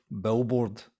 Billboard